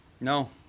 No